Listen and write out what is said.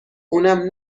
اونم